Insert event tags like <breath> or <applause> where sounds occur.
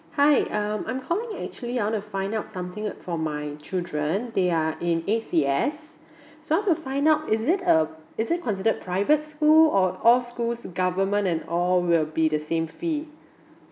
hi um I'm calling actually I want to find out something for my children they are in A_C_S <breath> so I want to find out is it uh is it considered private school or all schools government and all will be the same fee